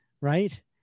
right